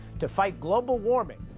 to fight global warming!